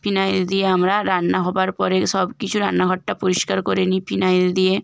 phenyl দিয়ে আমরা রান্না হওয়ার পরে সব কিছু রান্নাঘরটা পরিষ্কার করে নিই ফিনাইল দিয়ে